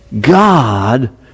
God